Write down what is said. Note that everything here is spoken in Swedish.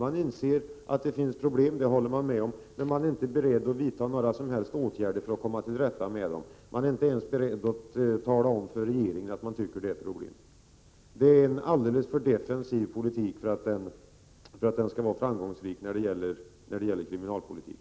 De inser och håller med om att det finns problem men är inte beredda att vidta några åtgärder för att komma till rätta med dem. De är inte ens beredda att tala om för regeringen att det finns problem. Det är en alldeles för defensiv politik för att vara en framgångsrik kriminalpolitik.